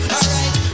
Alright